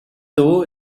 though